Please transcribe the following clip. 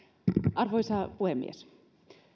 arvoisa puhemies